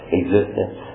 existence